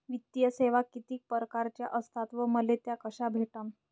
वित्तीय सेवा कितीक परकारच्या असतात व मले त्या कशा भेटन?